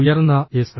ഉയർന്ന എസ്